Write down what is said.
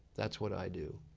that's what i do.